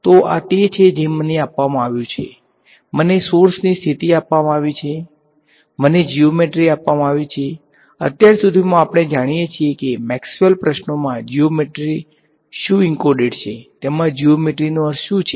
તો આ તે છે જે મને આપવામાં આવ્યું છે મને સોર્સની સ્થિતિ આપવામાં આવી છે મને જીઓમેટ્રી આપવામાં આવી છે અત્યાર સુધીમાં આપણે જાણીએ છીએ કે મેક્સવેલ પ્રશ્નોમાં જીઓમેટ્રી શું એન્કોડેડ છે તેમાં જીઓમેટ્રીનો અર્થ શું છે